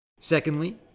Secondly